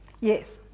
yes